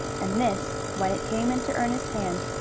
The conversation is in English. and this, when it came into ernest's hands,